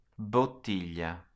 Bottiglia